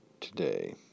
today